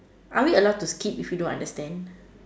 are we allowed to skip if we don't understand